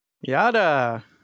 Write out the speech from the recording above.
Yada